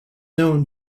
known